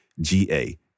G-A